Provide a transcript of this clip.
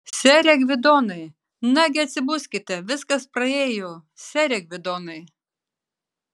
sere gvidonai nagi atsibuskite viskas praėjo sere gvidonai